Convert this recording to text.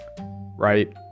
Right